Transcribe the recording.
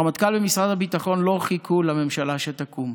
הרמטכ"ל ומשרד הביטחון לא חיכו לממשלה שתקום.